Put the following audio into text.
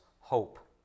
hope